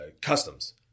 customs